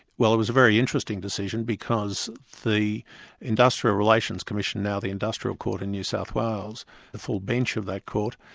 well it was a very interesting decision, because the industrial relations commission, now the industrial court in new south wales, and the full bench of that court,